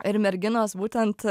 ir merginos būtent